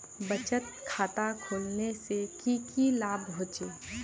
बचत खाता खोलने से की की लाभ होचे?